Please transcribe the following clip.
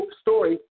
story